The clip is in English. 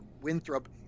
Winthrop